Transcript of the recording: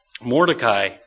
Mordecai